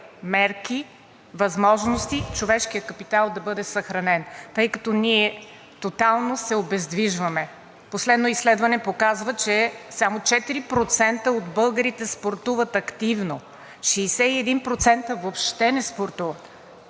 мерки, възможности човешкият капитал да бъде съхранен, тъй като ние тотално се обездвижваме. Последното изследване показва, че само 4% от българите спортуват активно, а 61% въобще не спортуват.